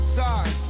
sorry